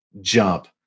jump